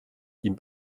ihm